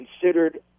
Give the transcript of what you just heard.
considered